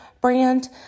brand